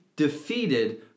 defeated